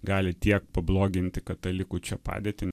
gali tiek pabloginti katalikų čia padėtį